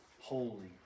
holy